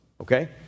Okay